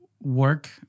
work